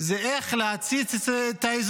זה איך להצית את האזור,